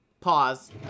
Pause